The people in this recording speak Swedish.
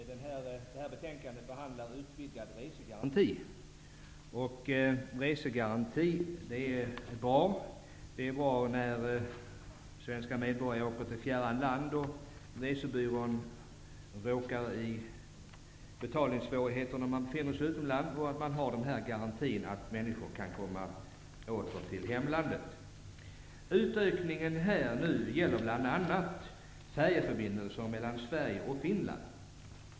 Fru talman! I det här betänkandet behandlas utvidgad resegaranti. Resegaranti är bra. Den är bra när svenska medborgare åker till fjärran land. Om resebyrån råkar i betalningssvårigheter när resenärerna befinner sig utomlands kan de genom denna garanti komma åter till hemlandet. Sverige och Finland.